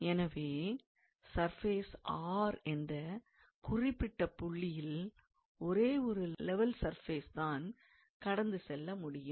எனவே surface R என்ற குறிப்பிட்ட புள்ளியில் ஒரே ஒரு லெவல் சர்ஃபேஸ் தான் கடந்து செல்ல முடியும்